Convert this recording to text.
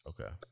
Okay